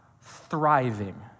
thriving